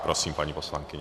Prosím, paní poslankyně.